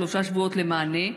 שלושה שבועות למענה,